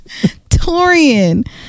Torian